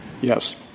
Yes